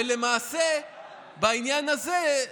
ולמעשה בעניין הזה,